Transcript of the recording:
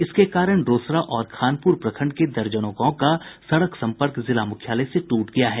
इसके कारण रोसड़ा और खानपुर प्रखंड के दर्जनों गांव का सड़क सम्पर्क जिला मुख्यालय से टूट गया है